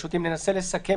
בסוכות למשל